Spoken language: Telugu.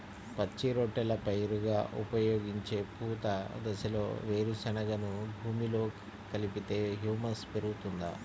పచ్చి రొట్టెల పైరుగా ఉపయోగించే పూత దశలో వేరుశెనగను భూమిలో కలిపితే హ్యూమస్ పెరుగుతుందా?